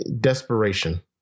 Desperation